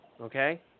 Okay